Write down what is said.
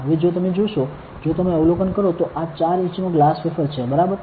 હવે જો તમે જોશો જો તમે અવલોકન કરો તો આ 4 ઇંચ નો ગ્લાસ વેફર છે બરાબર